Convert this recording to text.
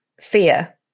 fear